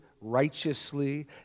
righteously